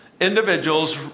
Individuals